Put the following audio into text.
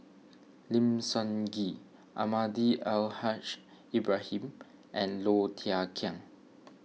Lim Sun Gee Almahdi Al Haj Ibrahim and Low Thia Khiang